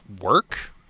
work